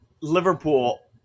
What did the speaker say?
Liverpool